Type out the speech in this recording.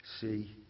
see